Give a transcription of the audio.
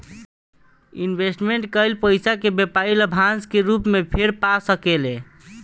invest कईल पइसा के व्यापारी लाभांश के रूप में फेर पा सकेले